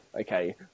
okay